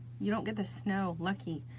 you don't get the snow, lucky.